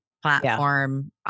Platform